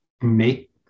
make